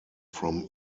from